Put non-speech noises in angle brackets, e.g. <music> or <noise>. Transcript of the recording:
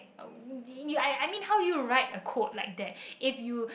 <noise> I I mean how you write a code like that if you